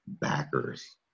backers